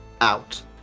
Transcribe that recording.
out